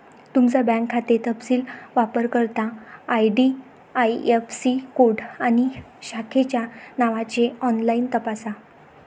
तुमचा बँक खाते तपशील वापरकर्ता आई.डी.आई.ऍफ़.सी कोड आणि शाखेच्या नावाने ऑनलाइन तपासा